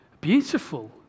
beautiful